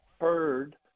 heard